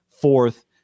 fourth